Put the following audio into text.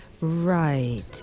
Right